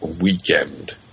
weekend